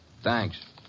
Thanks